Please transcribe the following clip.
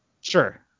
Sure